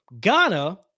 Ghana